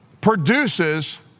produces